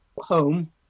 home